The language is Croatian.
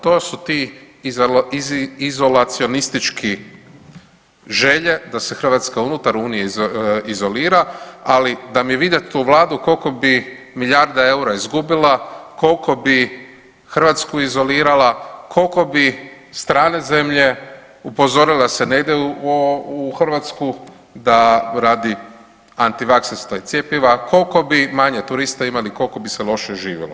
To su ti izolacionistički želje da se Hrvatska unutar Unije izolira, ali da mi je vidjet tu vladu koliko bi milijardi eura izgubila, koliko bi Hrvatsku izolirala, koliko bi strane zemlje upozorile se da ne idu u Hrvatsku radi antivakserstva i cjepiva, koliko bi manje turista imali, koliko bi se loše živjelo.